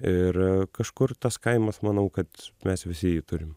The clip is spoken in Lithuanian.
ir kažkur tas kaimas manau kad mes visi jį turim